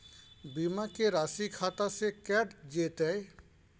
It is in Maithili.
बीमा के राशि खाता से कैट जेतै?